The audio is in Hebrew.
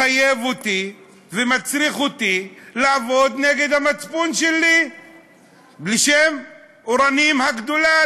מחייב אותי ומצריך אותי לעבוד נגד המצפון שלי לשם "אורנים הגדולה",